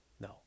No